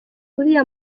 uriya